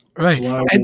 Right